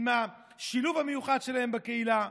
עם השילוב המיוחד שלהם בקהילה.